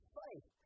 faith